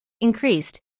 increased